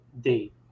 date